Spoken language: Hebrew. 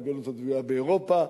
בגלות הכפויה באירופה,